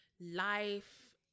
life